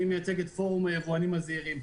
אני מייצג את פורום היבואנים הזעירים.